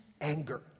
anger